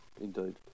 Indeed